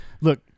look